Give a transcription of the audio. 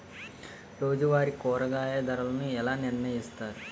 రోజువారి కూరగాయల ధరలను ఎలా నిర్ణయిస్తారు?